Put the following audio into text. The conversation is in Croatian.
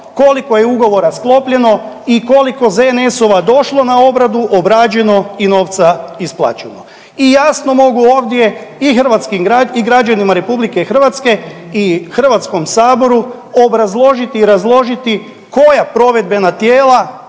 koliko je ugovora sklopljeno i koliko ZNS-ova došlo na obradu, obrađeno i novca isplaćeno i jasno mogu ovdje i građanima RH i HS-u obrazložiti i razložiti koja provedbena tijela